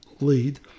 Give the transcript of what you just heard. lead